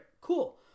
Cool